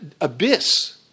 abyss